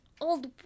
old